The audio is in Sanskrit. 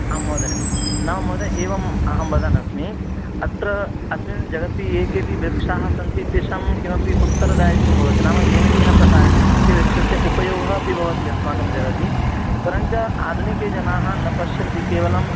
आम् महोदय न महोदय एवं अहं वदन् अस्मि अत्र अस्मिन् जगति ये केऽपि वृक्षाः सन्ति तेषां किमपि उत्तरदायित्त्वं भवति नाम येन केन प्रकारेण तस्य वृक्षस्य उपयोगः अपि भवति अस्माकं जगति परञ्च आधुनिकजनाः न पश्यन्ति केवलं